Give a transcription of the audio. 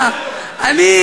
נוכח.